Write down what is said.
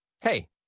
Hey